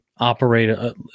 operate